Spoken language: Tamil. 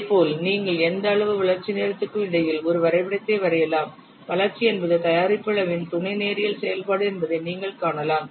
இதேபோல் நீங்கள் எந்த அளவுக்கும் வளர்ச்சி நேரத்திற்கும் இடையில் ஒரு வரைபடத்தை வரையலாம் வளர்ச்சி என்பது தயாரிப்பு அளவின் துணை நேரியல் செயல்பாடு என்பதை நீங்கள் காணலாம்